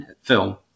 film